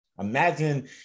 Imagine